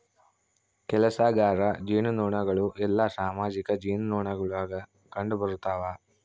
ಕೆಲಸಗಾರ ಜೇನುನೊಣಗಳು ಎಲ್ಲಾ ಸಾಮಾಜಿಕ ಜೇನುನೊಣಗುಳಾಗ ಕಂಡುಬರುತವ